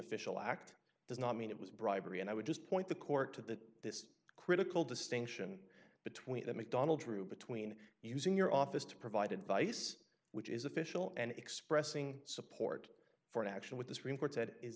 official act does not mean it was bribery and i would just point the court to that this critical distinction between the mcdonald's through between using your office to provide advice which is official and expressing support for an action with th